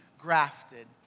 grafted